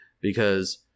because-